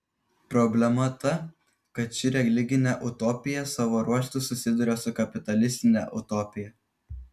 problema ta kad ši religinė utopija savo ruožtu susiduria su kapitalistine utopija